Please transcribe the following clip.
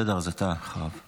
בסדר, אתה אחריו.